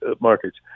markets